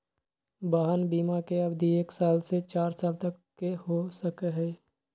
वाहन बिमा के अवधि एक साल से चार साल तक के हो सका हई